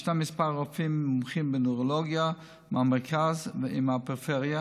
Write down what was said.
ישנם כמה רופאים מומחים בנוירולוגיה מהמרכז ומהפריפריה